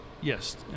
yes